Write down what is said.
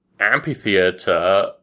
amphitheatre